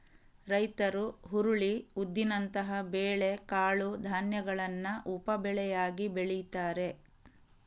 ರೈತರು ಹುರುಳಿ, ಉದ್ದಿನಂತಹ ಬೇಳೆ ಕಾಳು ಧಾನ್ಯಗಳನ್ನ ಉಪ ಬೆಳೆಯಾಗಿ ಬೆಳೀತಾರೆ